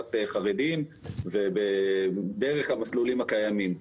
תעסוקת חרדים ודרך המסלולים הקיימים.